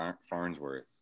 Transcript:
Farnsworth